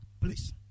Please